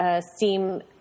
seem